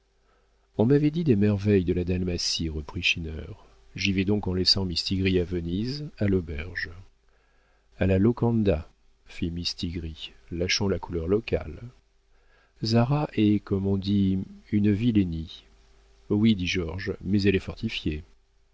on m'avait dit des merveilles de la dalmatie reprit schinner j'y vais donc en laissant mistigris à venise à l'auberge a la locanda fit mistigris lâchons la couleur locale zara est comme on dit une vilenie oui dit georges mais elle est fortifiée